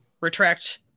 retract